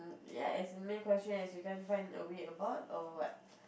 ya as in main question is you can't find your way about or what